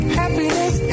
happiness